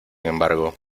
embargo